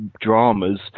dramas